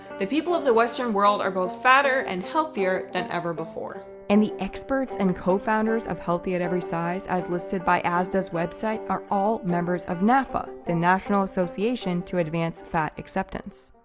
the people of the western world are both fatter and healthier than ever before. and the experts and co-founders of healthy at every size, as listed by asda's website, are all members of naafa, the national association to advance fat acceptance.